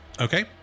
Okay